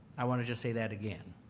i want to just say that again.